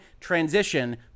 transition